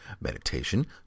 meditation